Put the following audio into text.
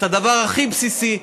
את הדבר הכי בסיסי,